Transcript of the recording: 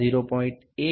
1 મી